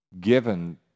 given